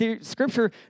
Scripture